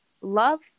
love